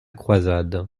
croisade